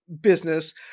business